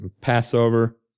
Passover